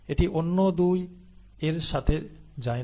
এটি অন্য 2 এর সাথে যায় না